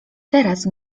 teraz